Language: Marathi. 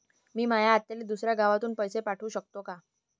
मी माया आत्याले दुसऱ्या गावातून पैसे पाठू शकतो का?